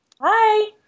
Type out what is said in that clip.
Hi